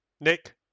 Nick